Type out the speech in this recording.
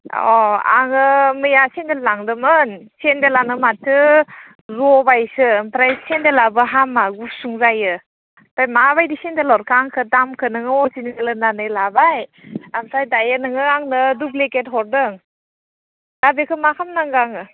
अह आङो मैया सेन्देल लांदोंमोन सेन्देलानो माथो जबायसो ओमफ्राय सेन्देलाबो हामा गुसुं जायो दा माबायदि सेन्देल हरखो आंखो दामखो नोङो अरजिनेल होननानै लाबाय आमफ्राय दायो नोङो आंनो दुब्लिगेट हरदों दा बेखौ मा खामनांगौ आङो